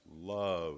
Love